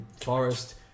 forest